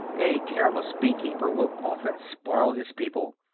a careless bee-keeper will often spoil his people,